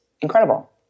incredible